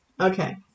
Okay